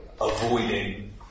avoiding